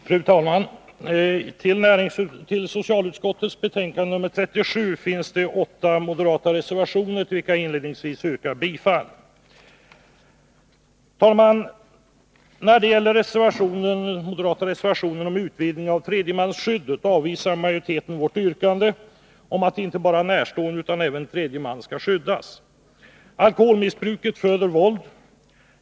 Fru talman! Till socialutskottets betänkande nr 37 har fogats åtta moderata reservationer, till vilka jag inledningsvis yrkar bifall. När det gäller den moderata reservationen om utvidgning av tredjemansskyddet avvisar majoriteten vårt yrkande om att inte bara närstående utan även tredje man skall skyddas. Alkoholmissbruket föder våld.